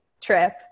trip